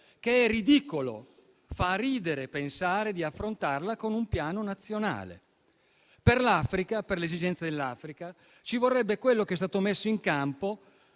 che è ridicolo e fa ridere pensare di affrontarla con un piano nazionale. Per l'Africa, per le esigenze dell'Africa, ci vorrebbe quello che è stato messo in campo